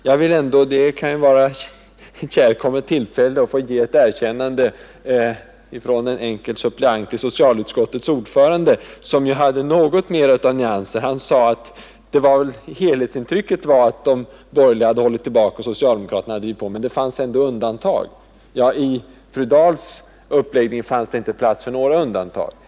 Jag vill ändå — det kan vara ett kärkommet tillfälle för en enkel suppleant — ge en komplimang till socialutskottets ordförande, vilkens beskrivning ändå var något mer nyanserad. Han sade att helhetsintrycket var att de borgerliga hade hållit tillbaka och att socialdemokraterna hade drivit på, men att det ändå fanns undantag. I fru Dahls uppläggning fanns det inte plats för några undantag.